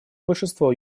большинство